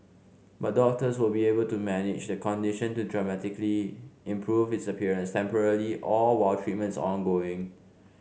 but doctors will be able to manage the condition to dramatically improve its appearance temporarily or while treatment is ongoing